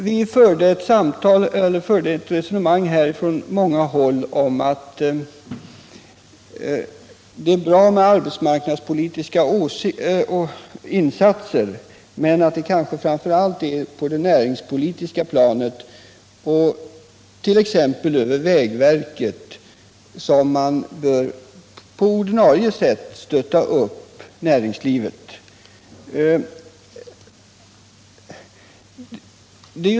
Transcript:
Vi för på många håll ett resonemang om att det är bra med arbetsmarknadspolitiska insatser, men att det kanske framför allt är näringslivet som man bör stötta upp.